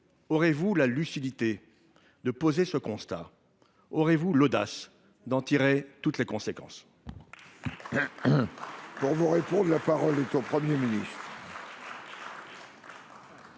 aurez vous la lucidité de poser ce constat ? Aurez vous l’audace d’en tirer toutes les conséquences ?